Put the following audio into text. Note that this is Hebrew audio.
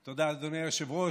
תודה, אדוני היושב-ראש.